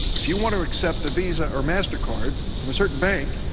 if you want to accept a visa or mastercard from a certain bank,